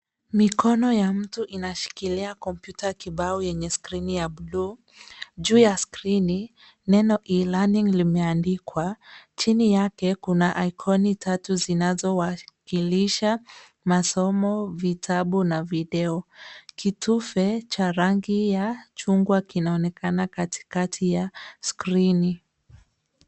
Mikono ya mtu inashikilia kompyuta kibao yenye skrini ya buluu. Juu ya skrini, neno e learning limeandikwa, chini yake kuna icon tatu zinazowakilisha masomo, vitabu na video. Kitufe, cha rangi ya chungwa kinaonekana katikati ya skrini.